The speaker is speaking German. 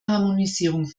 harmonisierung